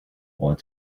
want